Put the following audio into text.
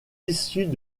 issus